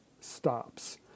stops